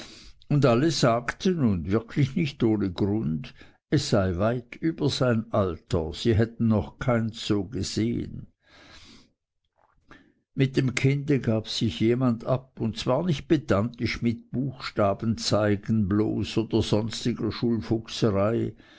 und alle sagten und wirklich nicht ohne grund es sei weit über sein alter sie hätten noch keins so gesehen mit dem kinde gab sich jemand ab und zwar nicht pedantisch mit buchstabenzeigen bloß oder sonstiger